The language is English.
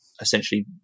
essentially